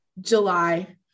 July